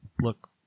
look